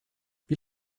wie